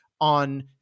on